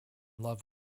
love